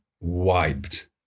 wiped